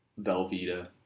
Velveeta